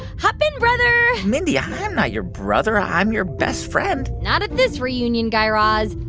hop in, brother mindy, i'm not your brother. i'm your best friend not at this reunion, guy raz.